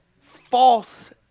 false